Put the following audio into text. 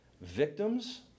victims